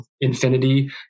Infinity